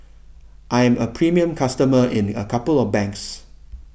I'm a premium customer in a couple of banks